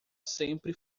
sempre